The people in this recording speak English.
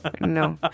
No